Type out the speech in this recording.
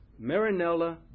Marinella